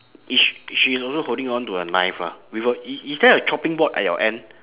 is sh~ she is also holding on to a knife ah with a i~ is there a chopping board at your end